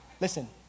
Listen